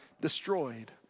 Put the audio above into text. destroyed